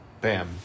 bam